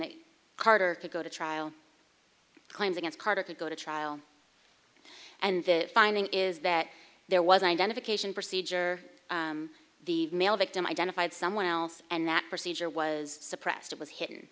that carter could go to trial claims against carter could go to trial and that finding is that there was an identification procedure the male victim identified someone else and that procedure was suppressed it was hidden